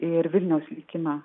ir vilniaus likimą